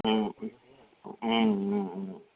ம் ம் ம் ம்